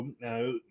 no